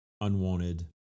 unwanted